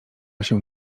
się